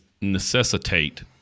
necessitate